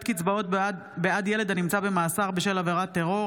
קצבאות בעד ילד הנמצא במאסר בשל עבירת טרור),